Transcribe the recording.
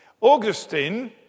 Augustine